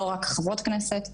לא רק חברות כנסת,